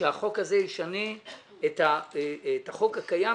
שהחוק הזה ישנה את החוק הקיים,